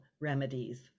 remedies